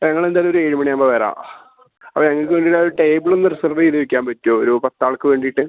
ആ ഞങ്ങളെന്തായാലൊരു ഏഴ് മണിയാവുമ്പോൾ വരാം അപ്പോൾ ഞങ്ങൾക്ക് ഒരു ടേബിളൊന്ന് റിസർവ് ചെയ്ത് വെക്കാൻ പറ്റോ ഒരു പത്താൾക്ക് വേണ്ടീട്ട്